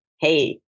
hey